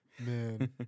Man